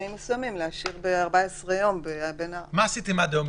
מה עשיתם עד היום?